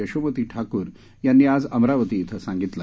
यशोमती ठाकूर यांनी आज अमरावती इथं सांगितले